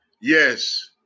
Yes